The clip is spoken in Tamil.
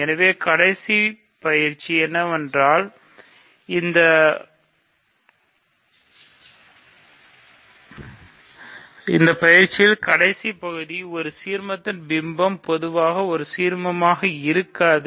இங்கே கடைசி பயிற்சி என்னவென்றால் இந்த பயிற்சியில் கடைசி பகுதி ஒரு சீர்மத்தின் பிம்பம் பொதுவாக ஒரு சீர்மமாக இருக்காது